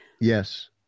Yes